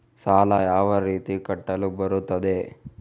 ಸಾಲ ಯಾವ ರೀತಿ ಕಟ್ಟಲು ಬರುತ್ತದೆ?